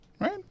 right